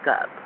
up